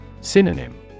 Synonym